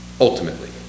ultimately